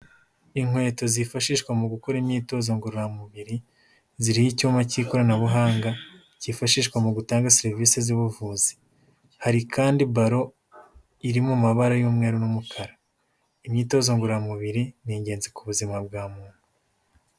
Inkweto zifashishwa mu gukora imyitozo ngororamubiri ziriho icyuma cy'ikoranabuhanga cyifashishwa mu gutanga serivisi z'ubuvuzi, hari kandi baro iri mu mabara y'umweru n'umukara, imyitozo ngororamubiri ni ingenzi ku buzima bwa muntu.